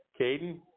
Caden